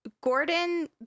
gordon